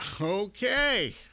okay